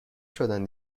شدن